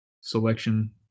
selection